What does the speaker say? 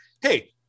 Hey